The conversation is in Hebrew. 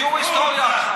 תדעו היסטוריה.